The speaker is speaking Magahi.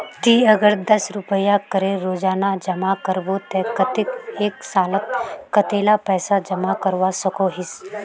ती अगर दस रुपया करे रोजाना जमा करबो ते कतेक एक सालोत कतेला पैसा जमा करवा सकोहिस?